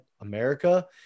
America